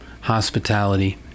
hospitality